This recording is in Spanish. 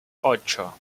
ocho